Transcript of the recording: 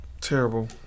Terrible